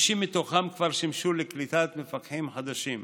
50 מתוכם כבר שימשו לקליטת מפקחים חדשים.